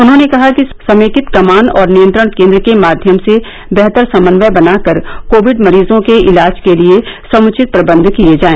उन्होंने कहा कि समेकित कमान और नियंत्रण केंद्र के माध्यम से बेहतर समन्वय बनाकर कोविड मरीजों के इलाज के लिए समुचित प्रबंध किए जाए